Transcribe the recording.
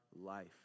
life